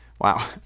Wow